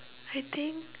I think